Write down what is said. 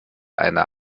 einer